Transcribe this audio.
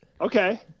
Okay